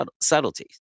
subtleties